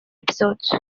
episodes